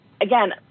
Again